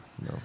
No